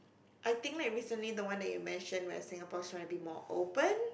I think like recently the one that you mentioned where like Singapore is trying to be more open